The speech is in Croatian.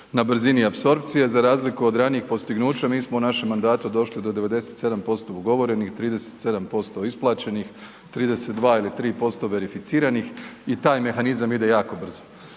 na brzini apsorpcije. Za razliku od ranijih postignuća mi smo u našem mandatu došli do 97% ugovorenih, 37% isplaćenih, 32 ili tri posto verificiranih i taj mehanizam ide jako brzo.